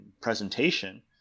presentation